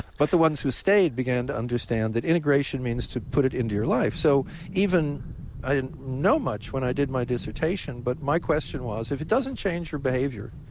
but the ones who stayed began to understand that integration means to put it into your life. so i didn't know much when i did my dissertation, but my question was, if it doesn't change your behavior